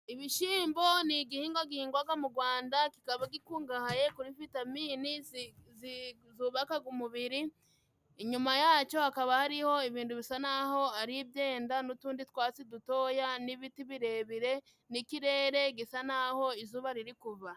ibishyimbo ni igihingwa gihingwaga mu Gwanda kikaba gikungahaye kuri vitami zi zi zubakaga umubiri inyuma yacyo hakaba hariho ibintu bisa n'aho ari ibyenda n'utundi twatsi dutoya n'ibiti birebire n'ikirere gisa n'aho izuba riri kuva.